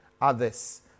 others